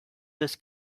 this